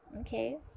Okay